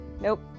Nope